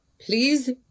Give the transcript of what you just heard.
Please